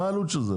מה העלות של זה?